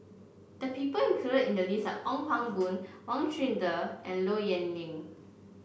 the people included in the list Ong Pang Boon Wang Chunde and Low Yen Ling